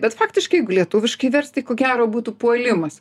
bet faktiškai jeigu lietuviškai verst tai ko gero būtų puolimas